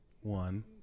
One